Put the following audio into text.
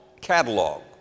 catalog